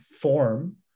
form